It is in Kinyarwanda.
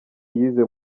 yize